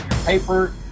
paper